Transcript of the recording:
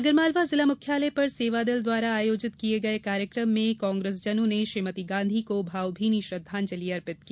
आगरमालवा जिला मुख्यालय पर सेवादल द्वारा आयोजित किये गये कार्यक्रम में कांग्रेसजनों ने श्रीमती गांधी को भावभीनी श्रद्वांजलि अर्पित की